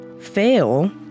fail